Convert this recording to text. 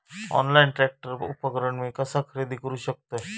Online tractor उपकरण मी कसा खरेदी करू शकतय?